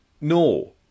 No